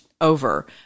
over